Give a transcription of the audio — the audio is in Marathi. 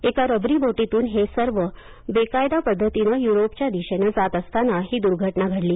एका रबरी बोटीतून हे सर्व जण बेकायदा पद्धतीनं युरोपच्या दिशेने जात असताना ही दुर्घटना घडली